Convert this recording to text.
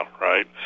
right